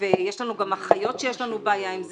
יש לנו גם אחיות ויש לנו בעיה עם זה,